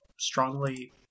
strongly